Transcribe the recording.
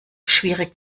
schwierig